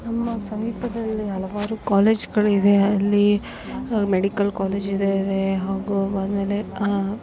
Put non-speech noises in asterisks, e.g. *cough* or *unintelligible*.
ನಮ್ಮ ಸಮೀಪದಲ್ಲಿ ಹಲವಾರು ಕಾಲೇಜ್ಗಳಿವೆ ಅಲ್ಲಿ ಮೆಡಿಕಲ್ ಕಾಲೇಜ್ ಇದಾವೆ ಹಾಗು *unintelligible*